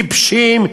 טיפשים?